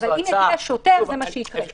אבל אם יגיע שוטר יוטל קנס של 10,000 ש"ח.